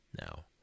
Now